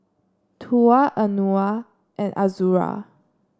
Tuah Anuar and Azura